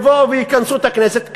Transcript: יבואו ויכנסו את הכנסת,